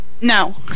No